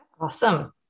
Awesome